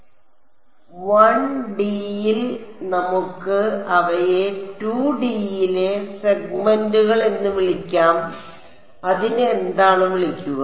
1 ഡിയിൽ നമുക്ക് അവയെ 2 ഡിയിലെ സെഗ്മെന്റുകൾ എന്ന് വിളിക്കാം അതിനെ എന്താണ് വിളിക്കുക